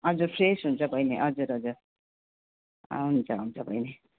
हजुर फ्रेस हुन्छ बहिनी हजुर हजुर हुन्छ हुन्छ बहिनी